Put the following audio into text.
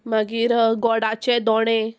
मागीर गोडाचे दोणे